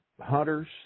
hunters